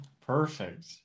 perfect